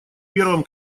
первом